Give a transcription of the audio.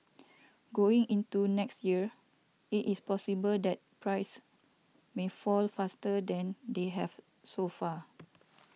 going into next year it is possible that prices may fall faster than they have so far